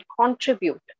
contribute